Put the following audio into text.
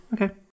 okay